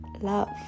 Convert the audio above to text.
love